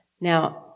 Now